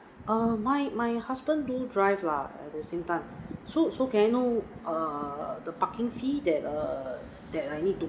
uh my my husband do drive lah at the same time so so can I know uh the parking fee that uh that I need to